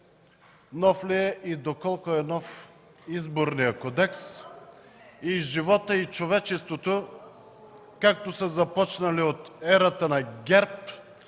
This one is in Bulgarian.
нов ли е и доколко е нов Изборният кодекс. Животът и човечеството са започнали от ерата на ГЕРБ,